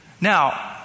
Now